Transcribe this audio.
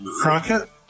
Crockett